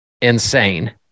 insane